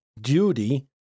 duty